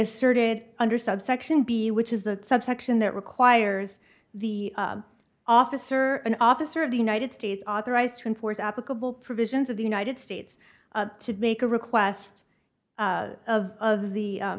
asserted under subsection b which is that subsection that requires the officer an officer of the united states authorized to enforce applicable provisions of the united states to make a request of of the